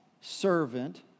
servant